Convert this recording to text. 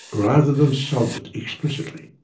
rather than solve it explicitly.